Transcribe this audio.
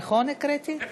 הקראתי נכון?